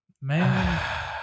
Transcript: man